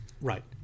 right